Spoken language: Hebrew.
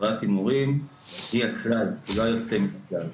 להפרעת הימורים היא הכלל, היא לא היוצא מן הכלל.